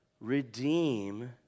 redeem